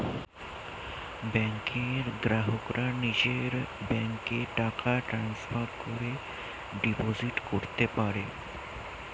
ব্যাংকের গ্রাহকরা নিজের ব্যাংকে টাকা ট্রান্সফার করে ডিপোজিট করতে পারে